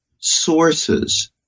sources